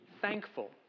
thankful